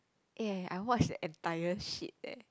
eh I watched the entire shit leh